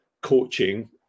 coaching